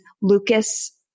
Lucas